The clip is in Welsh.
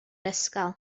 ysgol